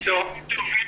צוהריים טובים.